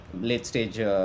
late-stage